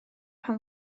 pam